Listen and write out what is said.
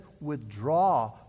withdraw